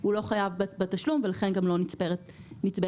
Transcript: הוא לא חייב בתשלום ולכן גם לא נצבר הסכום.